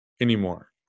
anymore